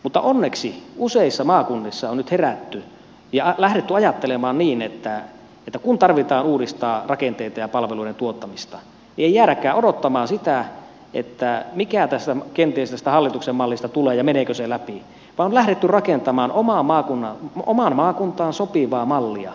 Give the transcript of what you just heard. mutta onneksi useissa maakunnissa on nyt herätty ja lähdetty ajattelemaan niin että kun tarvitsee uudistaa rakenteita ja palveluiden tuottamista ei jäädäkään odottamaan sitä mikä tästä hallituksen mallista kenties tulee ja meneekö se läpi vaan on lähdetty rakentamaan omaan maakuntaan sopivaa mallia